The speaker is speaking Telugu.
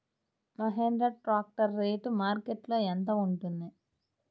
మహేంద్ర ట్రాక్టర్ రేటు మార్కెట్లో యెంత ఉంటుంది?